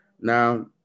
Now